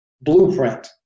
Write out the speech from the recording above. blueprint